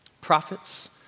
Prophets